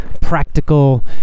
practical